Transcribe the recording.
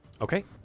Okay